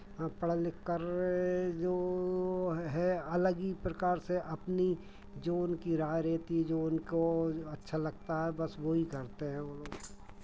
हाँ पढ़ लिखकर जो है अलग ही प्रकार से अपनी जो उनकी राय रहती है जो उनको अच्छा लगता है बस वही करते हैं वो लोग